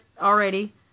already